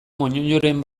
moñoñoren